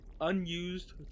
unused